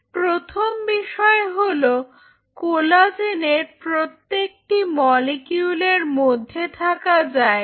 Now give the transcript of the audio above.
প্রথম বিষয় হলো কোলাজেনের প্রত্যেকটি মলিকিউল এর মধ্যে থাকা জায়গা